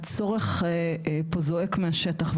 הצורך פה זועק מהשטח.